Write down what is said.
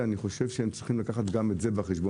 צריך לקחת בחשבון גם את ההשלכות האלה.